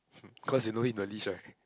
hmm cause you know him the least right